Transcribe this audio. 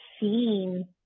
seen